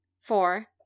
Four